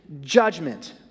judgment